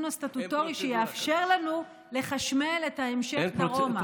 הסטטוטורי שיאפשר לנו לחשמל את ההמשך דרומה.